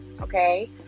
okay